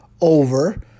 over